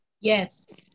yes